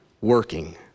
working